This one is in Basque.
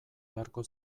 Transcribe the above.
beharko